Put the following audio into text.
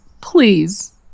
please